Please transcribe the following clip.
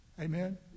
Amen